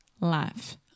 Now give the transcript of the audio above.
Laugh